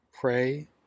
pray